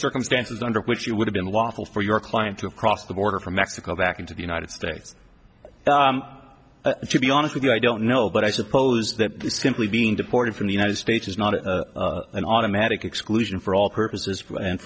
circumstances under which you would have been lawful for your client to have crossed the border from mexico back into the united states to be honest with you i don't know but i suppose that simply being deported from the united states is not an automatic exclusion for all purposes and